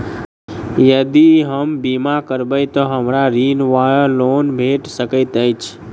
यदि हम बीमा करबै तऽ हमरा ऋण वा लोन भेट सकैत अछि?